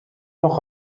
noch